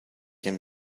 him